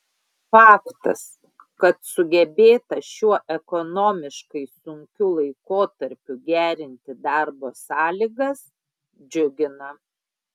faktas kad sugebėta šiuo ekonomiškai sunkiu laikotarpiu gerinti darbo sąlygas džiugina